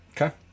Okay